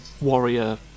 warrior